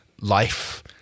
life